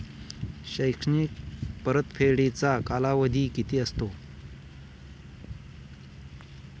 शैक्षणिक परतफेडीचा कालावधी किती असतो?